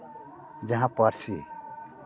ᱡᱟᱦᱟᱸ ᱯᱟᱹᱨᱥᱤ